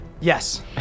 Yes